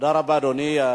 תודה רבה, אדוני.